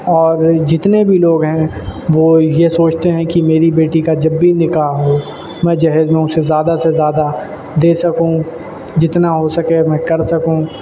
اور جتنے بھی لوگ ہیں وہ یہ سوچتے ہے کہ میری بیٹی کا جب بھی نکاح ہو میں جہیز میں اسے زیادہ سے زیادہ دے سکوں جتنا ہو سکے میں کر سکوں